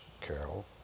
Carol